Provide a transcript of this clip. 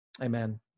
Amen